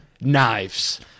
knives